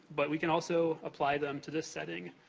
but we can also apply them to this setting,